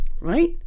right